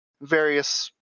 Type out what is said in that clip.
various